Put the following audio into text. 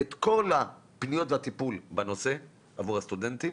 את כל הפניות והטיפול בנושא עבור הסטודנטים,